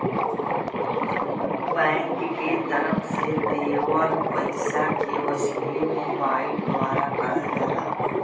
bank के तरफ से देवल पइसा के वसूली मोबाइल द्वारा करल जाला